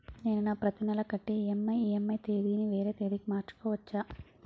నేను నా ప్రతి నెల కట్టే ఈ.ఎం.ఐ ఈ.ఎం.ఐ తేదీ ని వేరే తేదీ కి మార్చుకోవచ్చా?